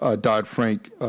Dodd-Frank